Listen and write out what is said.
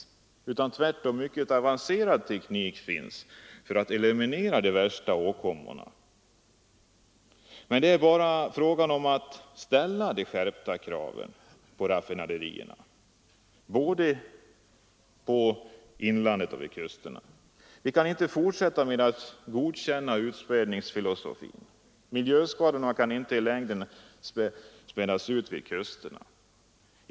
Tvärtom finns det mycket avancerad teknik för att eliminera de värsta följdverkningarna. Det är bara fråga om att ställa de skärpta kraven på raffinaderierna både i inlandet och vid kusten. Vi kan inte fortsätta att godkänna utspädningsfilosofin. Miljöskadorna kan inte i längden spädas ut vid kusterna.